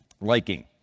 liking